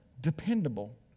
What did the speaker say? dependable